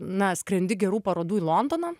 na skrendi gerų parodų į londoną